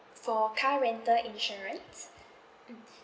for car rental insurance mm